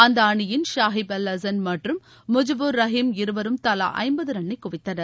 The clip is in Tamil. அந்த அணியின் ஷாஹிப் அல் அசன் மற்றும் முஷிப்பூர் ரஹிம் இருவரும் தவா ஜம்பது ரன்னை குவித்தனர்